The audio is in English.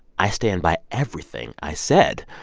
i stand by everything i said.